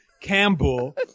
Campbell